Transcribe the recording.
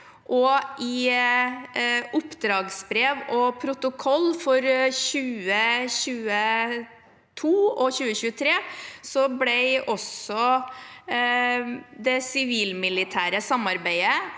I oppdragsbrev og protokoll for 2022 og 2023 ble også det sivil-militære samarbeidet